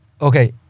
okay